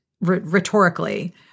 rhetorically